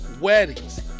weddings